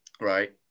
Right